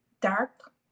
dark